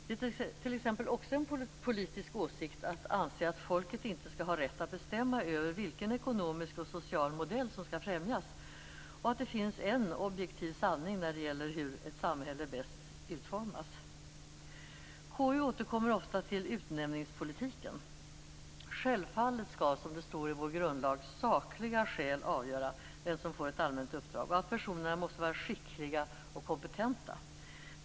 Det är t.ex. också en politisk åsikt att anse att folket inte skall ha rätt att bestämma över vilken ekonomisk och social modell som skall främjas och att det finns en objektiv sanning när det gäller hur ett samhälle bäst utformas. Konstitutionsutskottet återkommer ofta till utnämningspolitiken. Självfallet skall, som det står i vår grundlag, sakliga skäl avgöra vem som får ett allmänt uppdrag, och personerna måste vara skickliga och kompetenta.